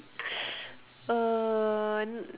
uh